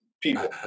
People